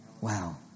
Wow